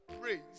praise